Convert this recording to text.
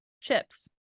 chips